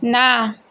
না